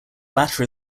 latter